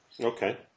Okay